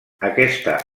aquesta